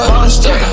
monster